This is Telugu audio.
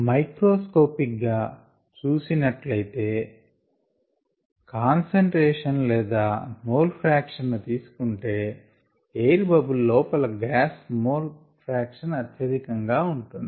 మైక్రోస్కోపిక్ గ్గా చూసినట్లయితే కాన్సంట్రేషన్ లేదా మోల్ ఫ్రాక్షన్ ను తీసుకుంటే ఎయిర్ బబుల్ లోపల గ్యాస్ మోల్ ఫ్రాక్షన్ అత్యధికంగా ఉంటుంది